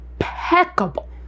impeccable